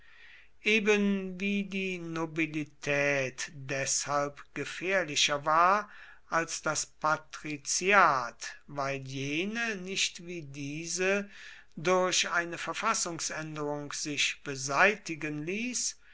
eben wie die nobilität deshalb gefährlicher war als das patriziat weil jene nicht wie dieses durch eine verfassungsänderung sich beseitigen ließ